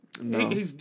No